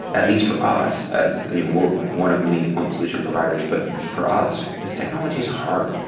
at least for us, as we're one of many point solution providers, but for us, this technology is hard.